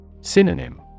Synonym